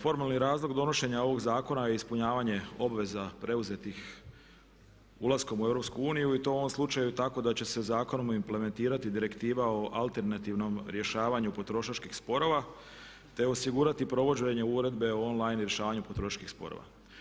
Formalni razlog donošenja ovog zakona je ispunjavanje obveza preuzetih ulaskom u EU i to u ovom slučaju tako da će se zakonom implementirati Direktiva o alternativnom rješavanju potrošačkih sporova te osigurati provođenje Uredbe o online rješavanju potrošačkih sporova.